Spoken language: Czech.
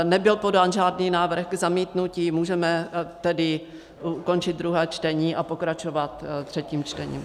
Nebyl podán žádný návrh k zamítnutí, můžeme tedy ukončit druhé čtení a pokračovat třetím čtením.